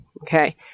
Okay